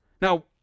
Now